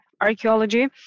archaeology